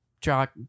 jock